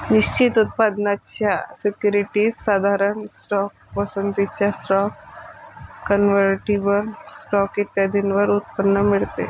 निश्चित उत्पन्नाच्या सिक्युरिटीज, साधारण स्टॉक, पसंतीचा स्टॉक, कन्व्हर्टिबल स्टॉक इत्यादींवर उत्पन्न मिळते